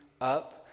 up